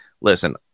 Listen